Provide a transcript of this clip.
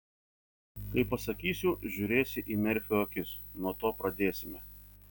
kai pasakysiu žiūrėsi į merfio akis nuo to pradėsime